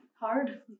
Hard